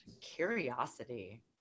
curiosity